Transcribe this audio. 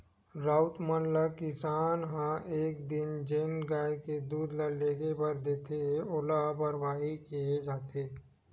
राउत मन ल किसान ह एक दिन जेन गाय के दूद ल लेगे बर देथे ओला बरवाही केहे जाथे